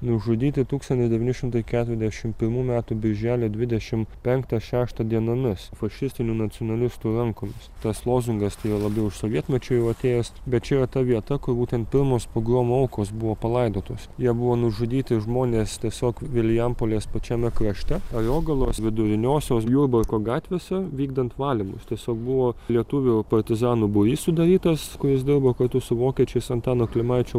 nužudyti tūkstantis devyni šimtai keturiasdešimt pirmų metų birželio dvidešimt penktą šeštą dienomis fašistinių nacionalistų rankomis tas lozungas tai juo labiau iš sovietmečio jau atėjęs bet čia yra ta vieta kur būtent pirmos pogromo aukos buvo palaidotos jie buvo nužudyti žmonės tiesiog vilijampolės pačiame krašte ariogalos viduriniosios jurbarko gatvėse vykdant valymus tiesiog buvo lietuvių partizanų būrys sudarytas kuris dirbo kartu su vokiečiais antano klimaičio